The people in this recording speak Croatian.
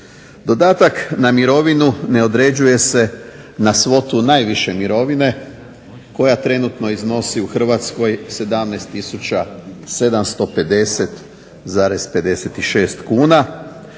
Dodatak na mirovinu ne određuje se na svotu najviše mirovine koja trenutno iznosi u Hrvatskoj 17750,56 kuna